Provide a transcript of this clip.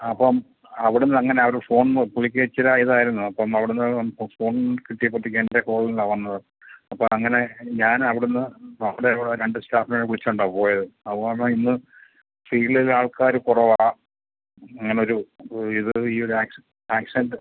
അപ്പം അവിടുന്ന് അങ്ങനെയവർ ഫോണ് വിളിക്കേ ഇച്ചിരി ഇതായിരുന്നു അപ്പം അവിടുന്ന് ഫോൺ കിട്ടിയപ്പോഴത്തേക്ക് എൻ്റെ ഫോണിലാണ് വന്നത് അപ്പോൾ അങ്ങനെ ഞാൻ അവിടുന്ന് അവിടെയുള്ള രണ്ട് സ്റ്റാഫിനെ വിളിച്ചുകൊണ്ടാണ് പോയത് അപ്പോൾ എന്നാൽ ഇന്ന് ഫീൽഡിൽ ആൾക്കാർ കുറവാ അങ്ങനെയൊരു ഇത് ഈ ഒരു ആക്സിഡൻറ്റ്